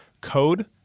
Code